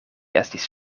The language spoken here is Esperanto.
estis